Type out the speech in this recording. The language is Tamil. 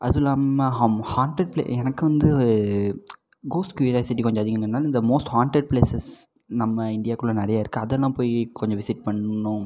அதுவும் இல்லாமல் ஹம் ஹான்டட் பிளேஸ் எனக்கு வந்து கோஸ்ட் க்யூரியாசிட்டி கொஞ்சம் அதிகம்கிறதுனால இந்த மோஸ்ட் ஹான்டட் பிளேஸஸ் நம்ம இந்தியாக்குள்ளே நிறைய இருக்கு அதெல்லாம் போய் கொஞ்சம் விசிட் பண்ணணும்